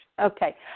Okay